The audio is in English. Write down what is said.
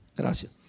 Gracias